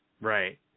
Right